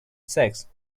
sex